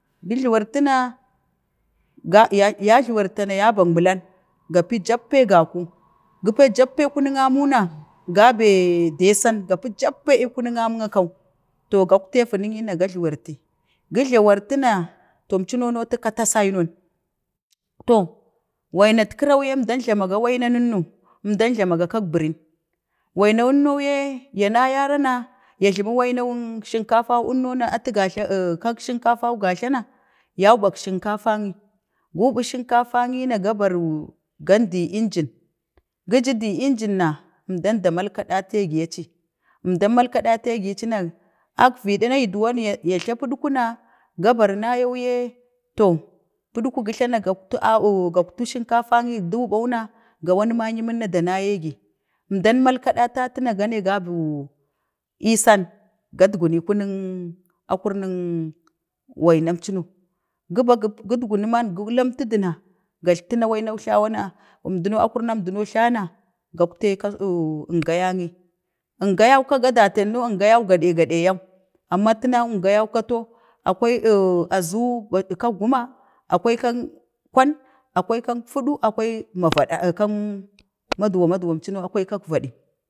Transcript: gu jluwarti na, ga ya fluwarta na, ya ban mulang, gapi jappai gaku, gu pai jappa iikunung amuna, ga bee desen, gapi jlanuna akau to gagtai avinyi na ga jluwarti, gu jluwartyi na to əmcuna na atu katau saino, to wainatkira yi əmdan jlamaga wainan əmno, əmdan flama ga kaka birin wainan əun ye, ya nayara na ya jlamu wainak kak sinkafa eenno, atu gujla, kak sinkatan gajlana yau ɓak sinka fammji, guɓin sinkafanguyi na, ga baryu, gandu eengin, gijidu eengina, ənda ta malkaɗa taigi aci, emdan, malkaɗategi aci na akvidin, agi yi duwoni yajla put kuna, ga bari na yau yee to, putku, gu jlana, guktu aw, gaktu sinkafau əngiyi duu ɓau na ga wani mayiminna da nayigi, əmdan malkaɗatan na, ga nee gabuu, eesan, gat guni kunan, akurnan, wainan euni, guban, git gunu man, gu lamtu du na gajl tuna wai no jla na, əmduno akwnam duwo jlana gakte ka gayangnyi nagayau ka, ga dateuni, ngayan gaɗe, gaɗyuu, amma tunan, ngayau ka tau, akwaoo, aru batu kak guma, akwai kak kwai akwai kak ma vaɗen, oo maduwa maduwan, cuwa akwai kaha ma vaɗi